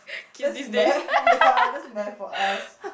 that's math ya that's math for us